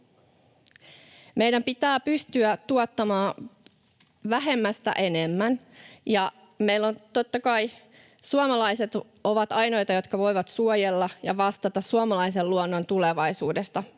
Meidän pitää pystyä tuottamaan vähemmästä enemmän. Ja meillä totta kai suomalaiset ovat ainoita, jotka voivat suojella suomalaista luontoa ja vastata sen tulevaisuudesta.